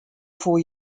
four